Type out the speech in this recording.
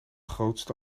grootste